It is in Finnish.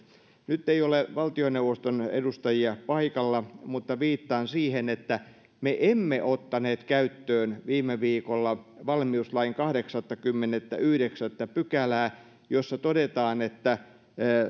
nyt ei ole valtioneuvoston edustajia paikalla mutta viittaan siihen että me emme ottaneet käyttöön viime viikolla valmiuslain kahdeksattakymmenettäyhdeksättä pykälää jossa todetaan että